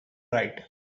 right